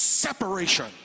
separation